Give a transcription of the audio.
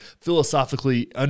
philosophically